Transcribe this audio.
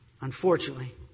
unfortunately